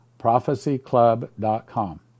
prophecyclub.com